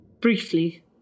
briefly